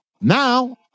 now